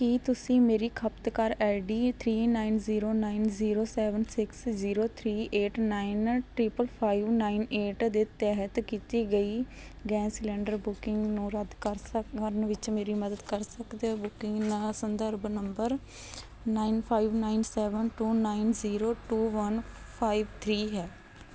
ਕੀ ਤੁਸੀਂ ਮੇਰੀ ਖਪਤਕਾਰ I D three nine zero nine zero seven six zero three eight nine triple five nine eight ਦੇ ਤਹਿਤ ਕੀਤੀ ਗਈ ਗੈਸ ਸਿਲੰਡਰ ਬੁਕਿੰਗ ਨੂੰ ਰੱਦ ਕਰ ਸਕ ਕਰਨ ਵਿੱਚ ਮੇਰੀ ਮਦਦ ਕਰ ਸਕਦੇ ਹੋ ਬੁਕਿੰਗ ਨ ਸੰਦਰਭ number nine five nine seven two nine zero two one five three ਹੈ